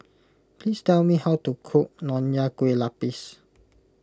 please tell me how to cook Nonya Kueh Lapis